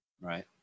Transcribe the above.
right